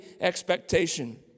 expectation